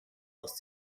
aus